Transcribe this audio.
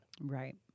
Right